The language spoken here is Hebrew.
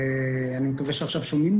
וכמובן כל הפעילות והפעילים,